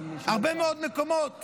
הרבה מאוד מקומות